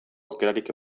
aukerarik